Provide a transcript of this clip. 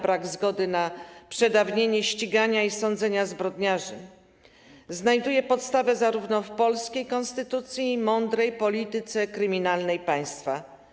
Brak zgody na przedawnienie ścigania i sądzenia zbrodniarzy znajduje podstawę zarówno w polskiej konstytucji i mądrej polityce kryminalnej państwa.